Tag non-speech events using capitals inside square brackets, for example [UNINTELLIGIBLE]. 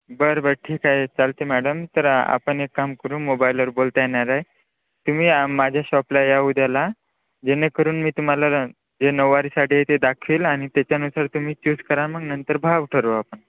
बरं बरं ठीक आहे चालते मॅडम तर आपण एक काम करू मोबाईलवर बोलता येणार आहे तुम्ही माझ्या शॉपला या उद्याला जेणेकरून मी तुम्हाला [UNINTELLIGIBLE] जे नऊवारी साडी आहे ते दाखवील आणि त्याच्यानुसार तुम्ही चूज करा मग नंतर भाव ठरवू आपण